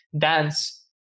dance